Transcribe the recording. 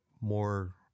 more